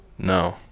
No